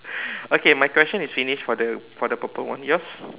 okay my question is finished for the for the purple one yours